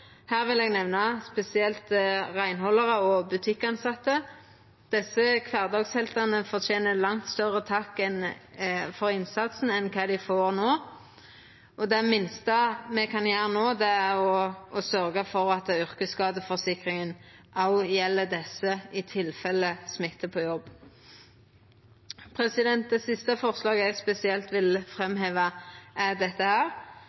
Her vil eg nemna spesielt reinhaldarar og butikktilsette. Desse kvardagsheltane fortener ein langt større takk for innsatsen enn det dei får no. Det minste me kan gjera no, er å sørgja for at yrkesskadeforskrifta òg gjeld desse, i tilfelle smitte på jobb. Det siste forslaget eg spesielt vil framheva, er dette: